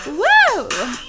woo